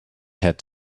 had